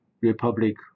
Republic